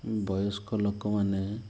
ବୟସ୍କ ଲୋକମାନେ